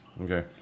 Okay